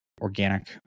organic